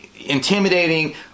intimidating